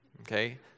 Okay